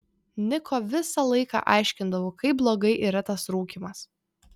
niko visą laiką aiškindavau kaip blogai yra tas rūkymas